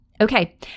Okay